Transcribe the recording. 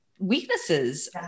weaknesses